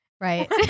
right